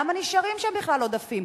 למה נשארים שם בכלל עודפים?